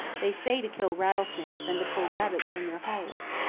they say to kill rattlesnakes and to pull rabbits from their holes.